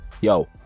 yo